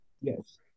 Yes